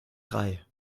drei